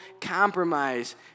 compromise